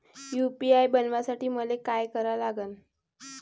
UPI बनवासाठी मले काय करा लागन?